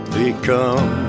become